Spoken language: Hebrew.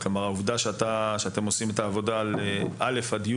העובדה שאתם עושים את העבודה בכיתות א'-י'